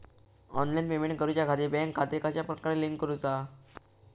Online payment करुच्याखाती bank खाते कश्या प्रकारे लिंक करुचा?